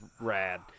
rad